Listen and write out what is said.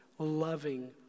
loving